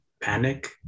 panic